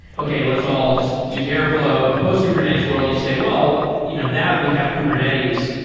okay, let's all just use airfl ow. but post kubernetes world you say, well, you know now that we have kubernetes,